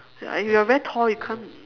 ya and you are very tall you can't